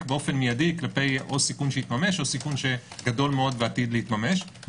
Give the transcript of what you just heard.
מיידית כלפי או סיכון שיתממש או כזה שגדול מאוד ועתיד להתממש.